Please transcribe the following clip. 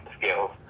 skills